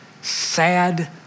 sad